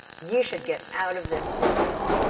you should get out of this business.